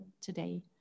today